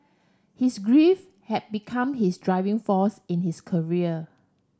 his grief had become his driving force in his career